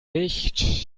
nicht